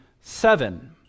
seven